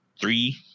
three